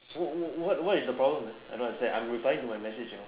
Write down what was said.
what what what is the problem I don't understand I'm replying to my message you know